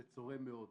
זה תורם מאד.